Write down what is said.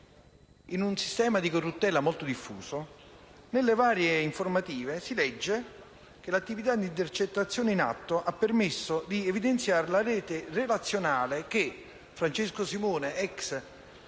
in un sistema di corruttela molto diffuso, nelle varie informative si legge che l'attività di intercettazione in atto ha permesso di evidenziare la rete relazionale che Francesco Simone, *ex* responsabile